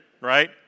right